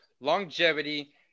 longevity